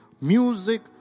music